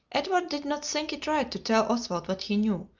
edward did not think it right to tell oswald what he knew,